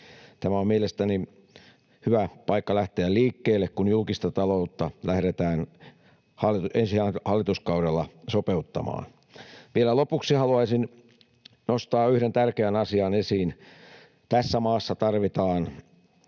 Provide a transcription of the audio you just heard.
Tämä on mielestäni hyvä paikka lähteä liikkeelle, kun julkista taloutta lähdetään ensi hallituskaudella sopeuttamaan. Vielä lopuksi haluaisin nostaa yhden tärkeän asian esiin: Tässä maassa tarvitaan